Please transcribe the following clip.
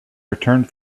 returned